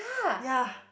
yeah